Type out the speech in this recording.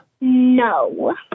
No